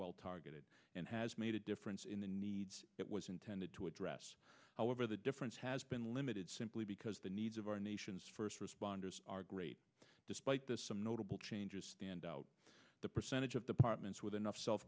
well targeted and has made a difference in the needs it was intended to address however the difference has been limited simply because the needs of our nation's first responders are great despite this some notable changes standout the percentage of the partners with enough self